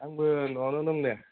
आंबो नआवनो दं दे